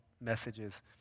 messages